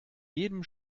jeden